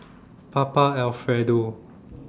Papa Alfredo